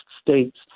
states